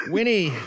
Winnie